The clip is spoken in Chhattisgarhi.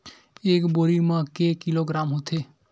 एक बोरी म के किलोग्राम होथे?